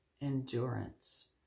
endurance